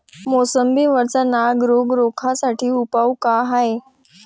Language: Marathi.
मोसंबी वरचा नाग रोग रोखा साठी उपाव का हाये?